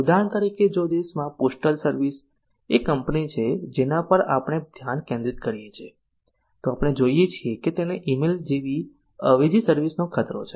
ઉદાહરણ તરીકે જો દેશમાં પોસ્ટલ સર્વિસ એ કંપની છે જેના પર આપણે ધ્યાન કેન્દ્રિત કરીએ છીએ તો આપણે જોઈએ છીએ કે તેને ઈ મેલ જેવી અવેજી સર્વિસ નો ખતરો છે